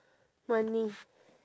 money